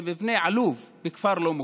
מבנה עלוב בכפר לא מוכר.